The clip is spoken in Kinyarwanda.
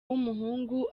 w’umuhungu